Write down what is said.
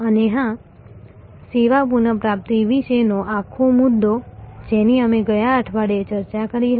અને હા સેવા પુનઃપ્રાપ્તિ વિશેનો આખો મુદ્દો જેની અમે ગયા અઠવાડિયે ચર્ચા કરી હતી